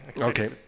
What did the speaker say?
Okay